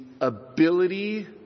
ability